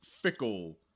fickle